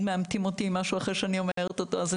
מעמתים אותי עם משהו אחרי שאני אומרת אותו אז זה